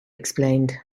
explained